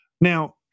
Now